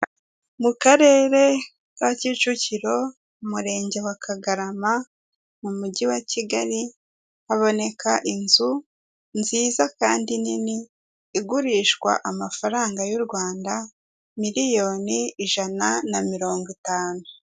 Mu karere ka Kicukiro, umurenge wa kagarama, m'umujyi wa Kigali haboneka inzu nziza kandi nini igurishwa amafaranga y'u Rwanda miriyoni ijana namirongo itanu.